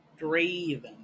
Draven